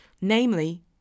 Namely